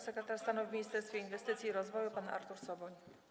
Sekretarz stanu w Ministerstwie Inwestycji i Rozwoju pan Artur Soboń.